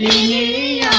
e